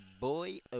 boy